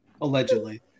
allegedly